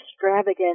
extravagant